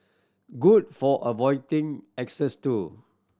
good for avoiding exes too